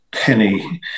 penny